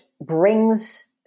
brings